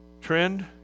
trend